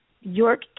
York